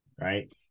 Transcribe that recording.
Right